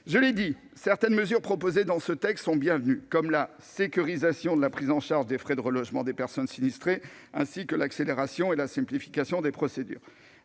Je l'ai dit, certaines mesures proposées dans ce texte sont bienvenues, comme la sécurisation de la prise en charge des frais de relogement des personnes sinistrées, ainsi que l'accélération et la simplification des procédures.